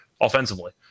offensively